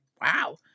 wow